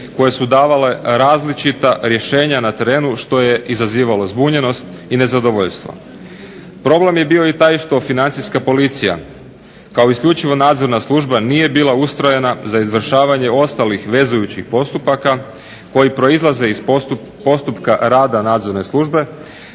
koje su davale različita rješenja na terenu što je izazivalo zbunjenost i nezadovoljstvo. Problem je bio i taj što Financijska policija kao isključivo nadzorna služba nije bila ustrojena za izvršavanje ostalih vezujućih postupaka koji proizlaze iz postupka rada nadzorne službe